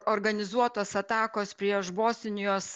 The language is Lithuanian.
organizuotos atakos prieš bosnijos